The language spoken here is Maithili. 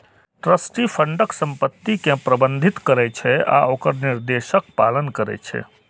ट्रस्टी फंडक संपत्ति कें प्रबंधित करै छै आ ओकर निर्देशक पालन करै छै